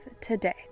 today